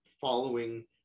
following